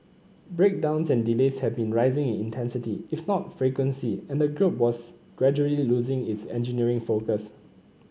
breakdowns and delays had been rising in intensity if not frequency and the group was gradually losing its engineering focus